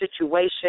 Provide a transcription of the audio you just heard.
situation